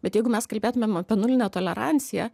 bet jeigu mes kalbėtumėm apie nulinę toleranciją